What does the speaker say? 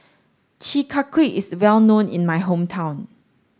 Chi Kak Kuih is well known in my hometown